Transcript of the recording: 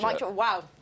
wow